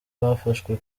bafashwe